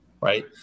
right